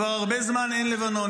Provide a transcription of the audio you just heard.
כבר הרבה זמן אין לבנון.